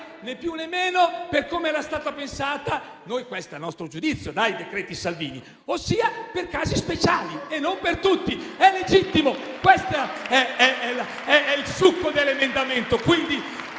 né più né meno a come era stata pensata - a nostro giudizio - dai decreti Salvini, ossia per casi speciali e non per tutti. È legittimo. Questo è il succo dell'emendamento.